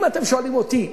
אם אתם שואלים אותי,